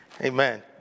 Amen